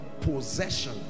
possession